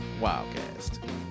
Wildcast